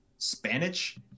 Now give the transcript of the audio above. Spanish